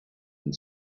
and